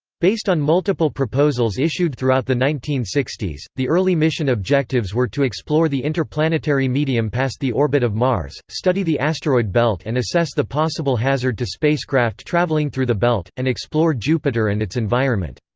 based on multiple proposals issued throughout the nineteen sixty s, the early mission objectives were to explore the interplanetary medium past the orbit of mars, study the asteroid belt and assess the possible hazard to spacecraft traveling through the belt, and explore jupiter and its environment.